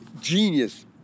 Genius